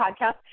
podcast